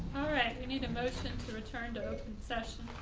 right, we need a motion to return to open session.